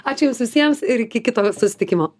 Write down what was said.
ačiū jums visiems ir iki kito susitikimo